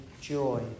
joy